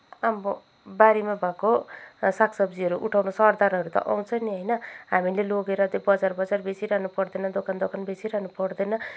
अब बारीमा भएको सागसब्जीहरू उठाउन सरदारहरू त आउँछ नि होइन हामीले लगेर त्यो बजार बजार बेचिरहनु पर्दैन दोकान दोकान बेचिरहनु पर्दैन